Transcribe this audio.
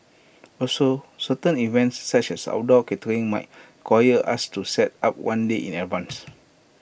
also certain events such as outdoor catering might quire us to set up one day in advance